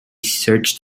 search